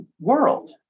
world